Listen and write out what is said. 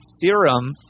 theorem